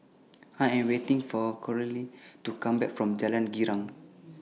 I Am waiting For Carole to Come Back from Jalan Girang